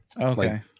okay